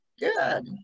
Good